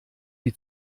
die